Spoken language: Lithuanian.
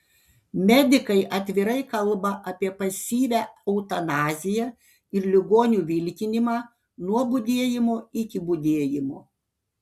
medikai atvirai kalba apie pasyvią eutanaziją ir ligonių vilkinimą nuo budėjimo iki budėjimo